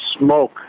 smoke